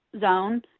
zone